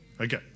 Okay